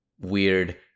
weird